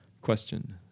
question